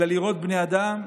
אלא לראות בני אדם,